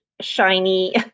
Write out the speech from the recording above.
shiny